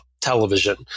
television